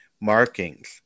markings